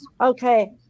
okay